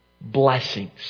blessings